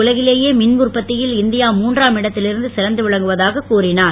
உலகிலேயே மின் உற்பத்தியில் இந்தியா மூன்றாம் இடத்தில் சிறந்து விளங்குவதாகக் கூறினார்